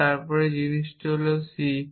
এবং তারপর শেষ জিনিসটি হল c